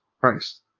Christ